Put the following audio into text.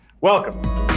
Welcome